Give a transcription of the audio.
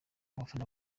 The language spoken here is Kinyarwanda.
abafana